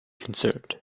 concerned